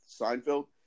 Seinfeld